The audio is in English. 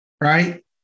right